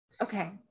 Okay